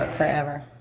forever.